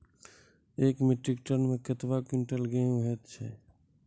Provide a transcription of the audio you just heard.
एक metric tonne मे कतवा क्वींटल हैत छै?